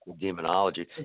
demonology